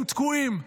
הם תקועים.